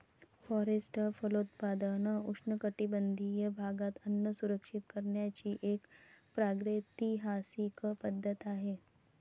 forest फलोत्पादन उष्णकटिबंधीय भागात अन्न सुरक्षित करण्याची एक प्रागैतिहासिक पद्धत आहे